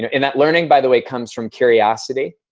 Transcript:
and that learning, by the way, comes from curiosity.